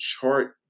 chart